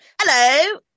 hello